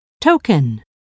Token